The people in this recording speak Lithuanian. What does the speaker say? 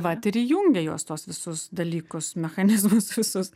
vat ir įjungia jos tuos visus dalykus mechanizmus visus